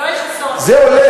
יואל חסון,